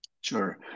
Sure